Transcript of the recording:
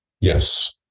Yes